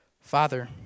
Father